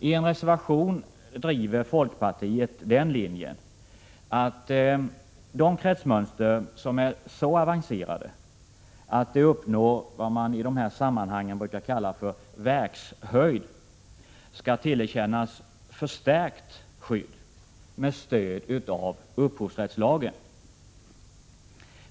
I en reservation driver folkpartiet linjen att de kretsmönster som är så avancerade att de uppnår vad man i de här sammanhangen brukar kalla verkshöjd skall tillerkännas förstärkt skydd med stöd av upphovsmannarättslagen.